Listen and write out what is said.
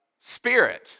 Spirit